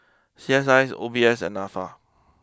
C S eyes O B S and NAFA